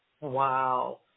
Wow